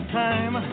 time